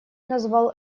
назвал